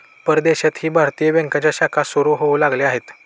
परदेशातही भारतीय बँकांच्या शाखा सुरू होऊ लागल्या आहेत